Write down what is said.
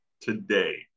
today